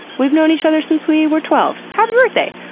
we've known each other since we were twelve. happy birthday!